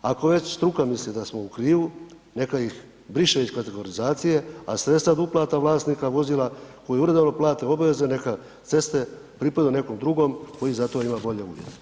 Ako već struka misli da smo u krivu, neka ih briše iz kategorizacije a sredstva od uplata vlasnika vozila, koji uredovno plate obaveze, neka ceste pripadaju nekom drugom koji za to ima bolje uvjete.